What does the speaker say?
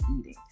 eating